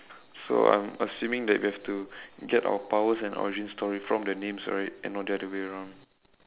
so I'm assuming that we have to get our powers and origin story from the names right and not the other way around